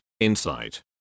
insight